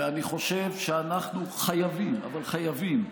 ואני חושב שאנחנו חייבים, אבל חייבים,